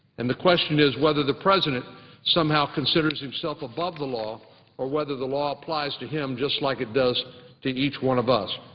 and the question whether the president somehow considers himself above the law or whether the law applies to him just like it does to each one of us.